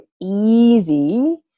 easy